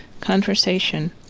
conversation